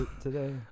today